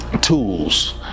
Tools